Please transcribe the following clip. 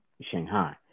Shanghai